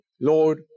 Lord